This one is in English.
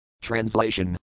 Translation